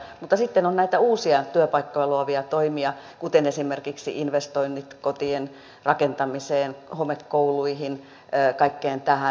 mutta sitten on näitä uusia työpaikkoja luovia toimia kuten esimerkiksi investoinnit kotien rakentamiseen homekouluihin kaikkeen tähän